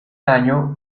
año